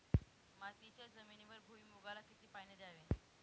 मातीच्या जमिनीवर भुईमूगाला किती पाणी द्यावे?